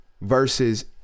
versus